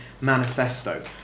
manifesto